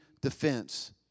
defense